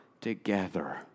together